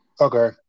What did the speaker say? Okay